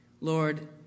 Lord